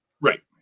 Right